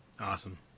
Awesome